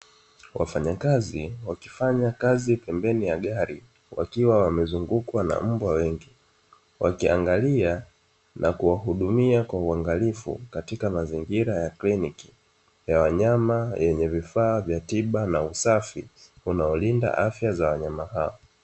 Wafanyakazi wakifanya kazi pembeni ya gari wakiwa wamezungukwa na mbwa wengi, wakiangalia na kuhudumia kwa uangalifu katika mazingiri ya kliniki ya wanyama yenye vifaa vya tiba na usafi, unaolinda afya ya wanyama hao.